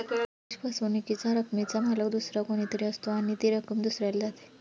धनादेश फसवणुकीच्या रकमेचा मालक दुसरा कोणी तरी असतो आणि ती रक्कम दुसऱ्याला जाते